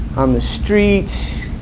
on the street,